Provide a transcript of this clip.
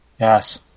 Yes